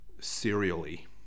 serially